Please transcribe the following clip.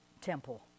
temple